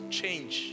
change